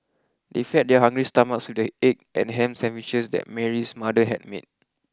they fed their hungry stomachs with the egg and ham sandwiches that Mary's mother had made